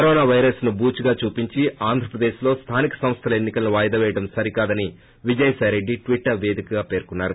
corona వైరస్ను బూచిగా చూపించి ఆంధ్రప్రదేశ్లో స్థానిక సంస్దల ఎన్ని కలను వాయిదా పేయడం సరికాదని విజయసాయి రెడ్డి ట్రిట్టర్ వేదిక గా అన్నారు